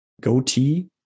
goatee